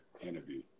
interview